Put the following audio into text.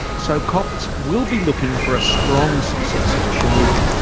so copts will be looking for a strong successor to shenouda.